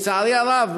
לצערי הרב,